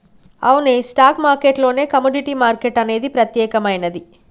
అవునే stock market లోనే commodity market అనేది ప్రత్యేకమైనది